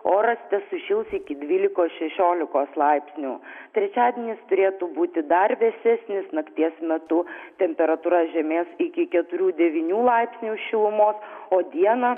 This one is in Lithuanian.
oras tesušils iki dvylikos šešiolikos laipsnių trečiadienį turėtų būti dar vėsesnis nakties metu temperatūra žemės iki keturių devynių laipsnių šilumos o dieną